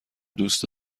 دوست